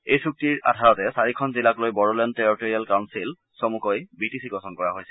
এই চুক্তিৰ আধাৰতে চাৰিখন জিলাক লৈ বড়োলেণ্ড টেৰিটৰিয়েল কাউন্সিল চমুকৈ বিটিচি গঠন কৰা হৈছিল